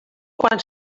quan